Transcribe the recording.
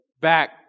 back